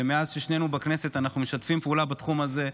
שמאז ששנינו בכנסת אנחנו משתפים פעולה בתחום הזה,